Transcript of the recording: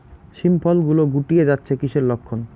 শিম ফল গুলো গুটিয়ে যাচ্ছে কিসের লক্ষন?